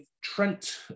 Trent